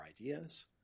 ideas